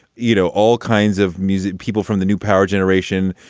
you know, all kinds of music people from the new power generation,